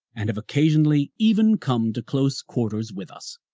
and have occasionally even come to close quarters with us.